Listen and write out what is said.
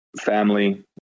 family